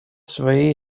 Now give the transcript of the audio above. свои